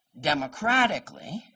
democratically